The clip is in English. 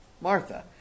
Martha